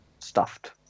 stuffed